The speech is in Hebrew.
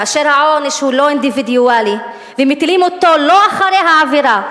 כאשר העונש הוא לא אינדיבידואלי ומטילים אותו לא אחרי העבירה,